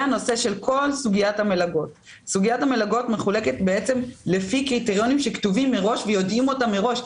סוגית המלגות מחולקת לפי קריטריונים שכתובים מראש ויודעים אותה מראש,